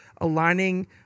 aligning